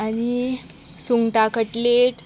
आनी सुंगटां कटलेट